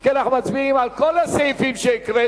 רבותי, אנחנו מצביעים כרגע כהצעת